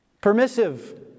Permissive